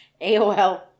AOL